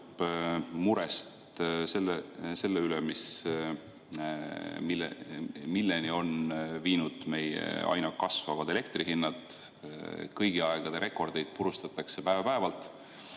murest selle pärast, milleni on viinud meie aina kasvavad elektrihinnad. Kõigi aegade rekordeid purustatakse päev-päevalt.